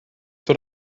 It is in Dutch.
door